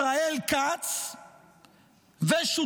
ישראל כץ ושותפיהם,